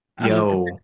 Yo